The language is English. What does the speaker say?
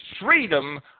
freedom